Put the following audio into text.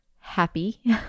happy